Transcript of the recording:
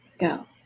go